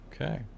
Okay